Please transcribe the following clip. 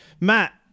Matt